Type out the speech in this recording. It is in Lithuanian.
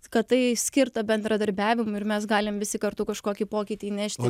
kad tai skirta bendradarbiavimui ir mes galim visi kartu kažkokį pokytį įnešti